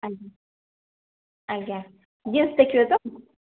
ଆଜ୍ଞା ଆଜ୍ଞା ଜିନ୍ସ୍ ଦେଖିବେ ତ